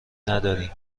نداریم